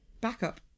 Backup